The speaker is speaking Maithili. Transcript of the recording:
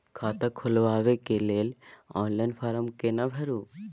खाता खोलबेके लेल ऑनलाइन फारम केना भरु?